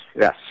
yes